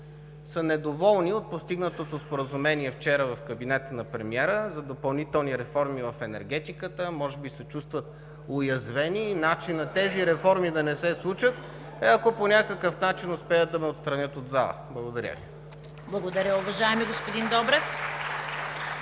са недоволни от постигнатото споразумение вчера в кабинета на премиера за допълнителни реформи в енергетиката. Може би се чувстват уязвени и начинът тези реформи да не се случат е, ако по някакъв начин успеят да ме отстранят от залата. Благодаря. (Ръкопляскания от